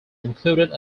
included